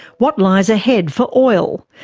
what lies ahead for oil?